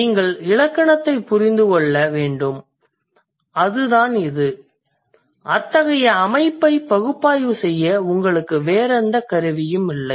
நீங்கள் இலக்கணத்தைப் புரிந்து கொள்ள வேண்டும் அதுதான் இது அத்தகைய அமைப்பை பகுப்பாய்வு செய்ய உங்களுக்கு வேறு எந்த கருவியும் இல்லை